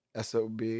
SOB